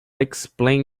explain